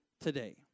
today